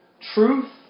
Truth